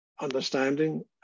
understanding